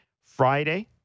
Friday